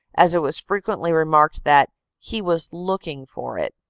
as it was frequently remarked that he was looking for it.